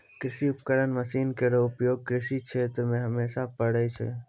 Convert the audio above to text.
कृषि उपकरण मसीन केरो उपयोग कृषि क्षेत्र मे हमेशा परै छै